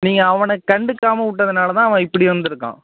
நீங்கள் அவனை கண்டுக்காமல் விட்டதுனால தான் அவன் இப்படி வந்திருக்கான்